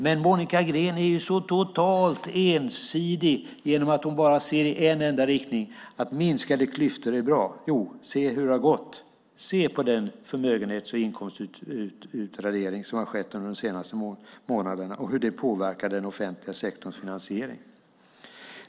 Men Monica Green är så totalt ensidig genom att hon bara ser i en enda riktning, att minskade klyftor är bra. Se hur det har gått, se på den förmögenhets och inkomstutradering som har skett under de senaste månaderna och hur det påverkar den offentliga sektorns finansiering!